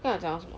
刚才我讲到什么